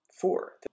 four